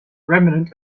remnant